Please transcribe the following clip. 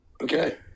Okay